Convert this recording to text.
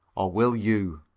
or will you